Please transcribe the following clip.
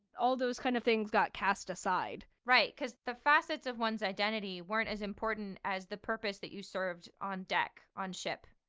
all those kind of things got cast aside right? because the facets of one's identity weren't as important as the purpose that you served on deck, on ship,